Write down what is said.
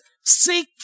seek